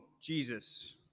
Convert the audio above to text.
Jesus